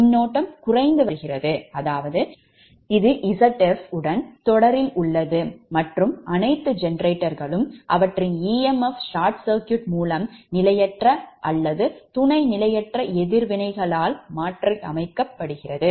மின்னோட்டம் குறைந்து வருகிறது அதாவது இது Zfஉடன் தொடரில் உள்ளது மற்றும் அனைத்து ஜெனரேட்டர்களும் அவற்றின் emf ஷார்ட் சர்க்யூட் மூலம் நிலையற்ற அல்லது துணை நிலையற்ற எதிர்வினைகளால் மாற்றப்படுகின்றன